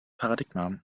paradigma